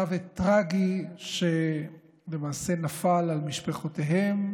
מוות טרגי שלמעשה נפל על משפחותיהם,